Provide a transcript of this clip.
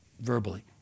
verbally